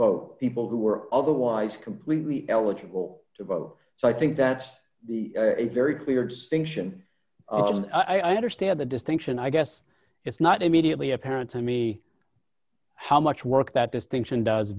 vote people who are otherwise completely eligible to vote so i think that's the a very clear distinction i understand the distinction i guess it's not immediately apparent to me how much work that distinction does